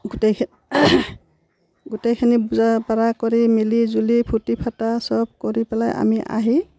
গোটেই গোটেইখিনি বুজা পাৰা কৰি মিলিজুলি ফূৰ্তি ফটা চব কৰি পেলাই আমি আহি